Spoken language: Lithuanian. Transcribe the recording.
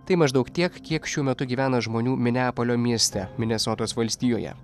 tai maždaug tiek kiek šiuo metu gyvena žmonių mineapolio mieste minesotos valstijoje